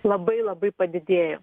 labai labai padidėjo